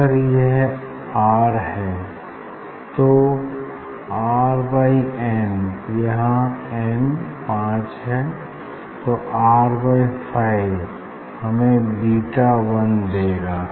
अगर यह आर है तो आर बाई एन यहाँ एन पांच है तो आर बाई फाइव हमें बीटा वन देगा